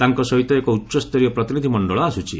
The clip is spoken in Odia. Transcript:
ତାଙ୍କ ସହିତ ଏକ ଉଚ୍ଚସ୍ତରୀୟ ପ୍ରତିନିଧି ମଣ୍ଡଳ ଆସୁଛି